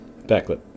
Backlit